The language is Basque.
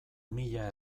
mila